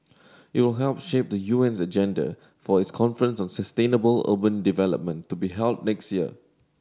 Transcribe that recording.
it will help shape the U N's agenda for its conference on sustainable urban development to be held next year